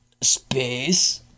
space